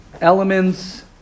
elements